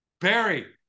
barry